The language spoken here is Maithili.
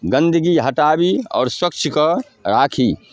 गन्दगी हटाबी आओर स्वच्छके राखी